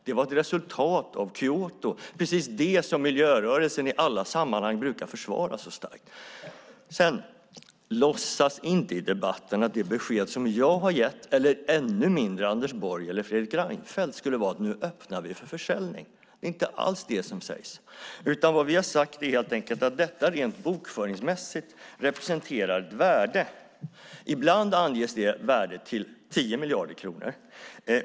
Det var ett resultat av Kyotomötet, precis det som miljörörelsen i alla sammanhang brukar försvara så starkt. Låtsas inte i debatten att det besked som jag har gett, eller ännu mindre Anders Borg och Fredrik Reinfeldt, skulle vara: Nu öppnar vi för försäljning. Det är inte alls det som sägs. Vad vi har sagt är att detta rent bokföringsmässigt representerar ett värde. Ibland anges det värdet till 10 miljarder kronor.